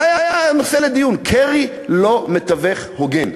זה היה הנושא לדיון: קרי לא מתווך הוגן.